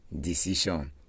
decision